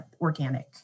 organic